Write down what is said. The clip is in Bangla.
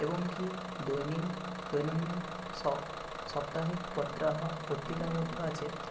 এবং কি দৈনন্দিন সাপ্তাহিক পত্রাহ পত্রিকার মধ্যেও আছে